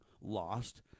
lost